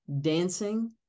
dancing